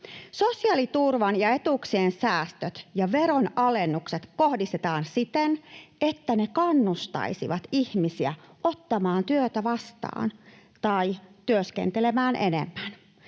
Sosiaaliturvan ja -etuuksien säästöt ja veronalennukset kohdistetaan siten, että ne kannustaisivat ihmisiä ottamaan työtä vastaan tai työskentelemään enemmän.